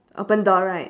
open door right